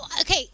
okay